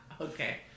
Okay